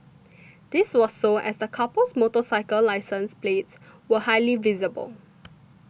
this was so as the couple's motorcycle license plates were highly visible